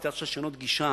היא היתה צריכה לשנות גישה